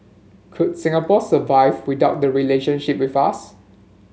could Singapore survive without the relationship with us